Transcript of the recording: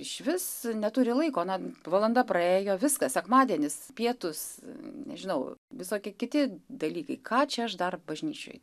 išvis neturi laiko na valanda praėjo viskas sekmadienis pietūs nežinau visokie kiti dalykai ką čia aš dar bažnyčioj